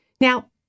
Now